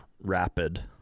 rapid